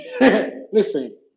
listen